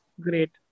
Great